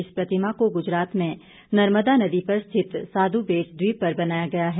इस प्रतिमा को गुजरात में नर्मदा नदी पर स्थित साधू बेट द्वीप पर बनाया गया है